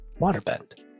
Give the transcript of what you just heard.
waterbend